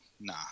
nah